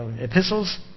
epistles